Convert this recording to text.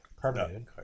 Carbonated